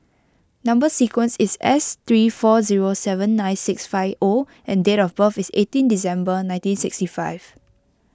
Number Sequence is S three four zero seven nine six five O and date of birth is eighteen December nineteen sixty five